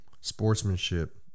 Sportsmanship